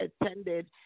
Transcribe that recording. attended